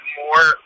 more